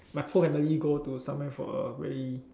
my whole family go to somewhere for a very